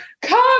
come